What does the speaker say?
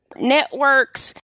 networks